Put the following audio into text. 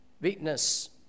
witness